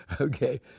okay